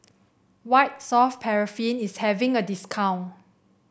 White Soft Paraffin is having a discount